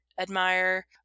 Admire